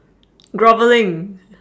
grovelling